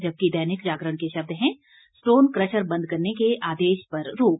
जबकि दैनिक जागरण के शब्द है स्टोन क्रशर बंद करने के आदेश पर रोक